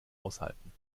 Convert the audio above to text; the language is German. aushalten